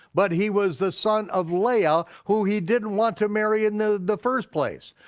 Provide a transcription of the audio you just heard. but he was the son of leah, who he didn't want to marry in the the first place.